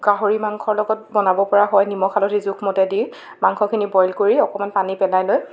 গাহৰি মাংসৰ লগত বনাব পৰা হয় নিমখ হালধি জোখমতে দি মাংসখিনি বইল কৰি অকণমান পানী পেলাই লৈ